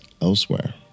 elsewhere